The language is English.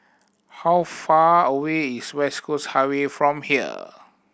how far away is West Coast Highway from here